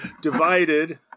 divided